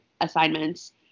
assignments